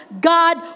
God